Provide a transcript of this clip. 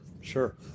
sure